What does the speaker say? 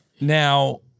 Now